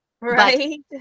Right